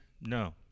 No